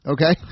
Okay